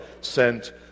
sent